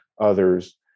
others